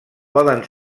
poden